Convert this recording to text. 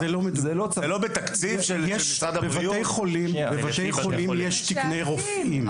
בבתי חולים יש תקני רופאים.